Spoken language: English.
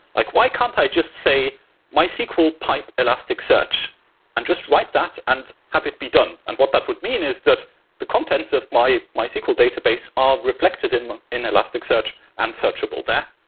like why can't i just say mysql pipe elastic search and just write that and have it be done. and what that would mean is that the contents of mysql database are reflected in in elastic search and searchable there.